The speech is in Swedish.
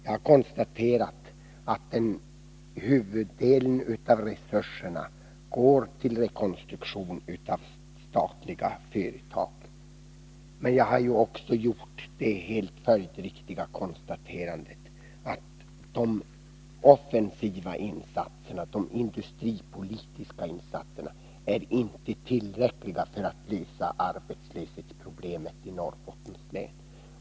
Jag har konstaterat att huvuddelen av resurserna går till rekonstruktion av statliga företag. Men jag har också gjort det helt följdriktiga konstaterandet att de offensiva insatserna, de industripolitiska insatserna, inte är tillräckliga för att lösa arbetslöshetsproblemen i Norrbottens län.